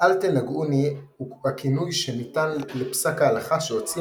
אל תנגעוני הוא הכינוי שניתן לפסק ההלכה שהוציא